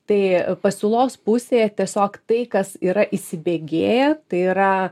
tai pasiūlos pusėje tiesiog tai kas yra įsibėgėję tai yra